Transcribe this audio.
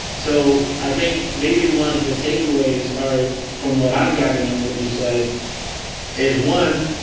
so i think maybe one of the takeaways are from what i've gavino what you said is, one,